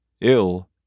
ill